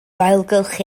ailgylchu